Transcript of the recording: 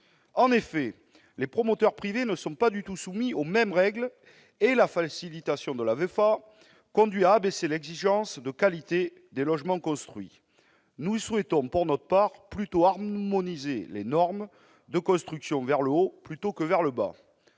En effet, les promoteurs privés ne sont pas du tout soumis aux mêmes règles et la facilitation de la VEFA conduit à abaisser l'exigence de qualité des logements construits. Nous souhaitons, pour notre part, harmoniser les normes de construction vers le haut plutôt que vers le bas.